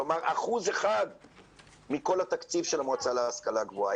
כלומר 1% מכל התקציב של המועצה להשכלה גבוהה.